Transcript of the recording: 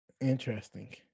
interesting